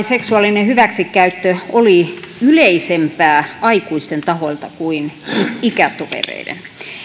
seksuaalinen hyväksikäyttö oli yleisempää aikuisten taholta kuin ikätovereiden